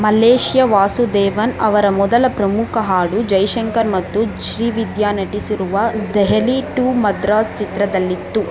Malaysia Vasudevan ಅವರ ಮೊದಲ ಪ್ರಮುಖ ಹಾಡು ಜೈಶಂಕರ್ ಮತ್ತು ಶ್ರೀ ವಿದ್ಯಾ ನಟಿಸಿರುವ ದೆಹಲಿ ಟು ಮದ್ರಾಸ್ ಚಿತ್ರದಲ್ಲಿತ್ತು